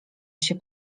się